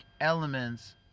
elements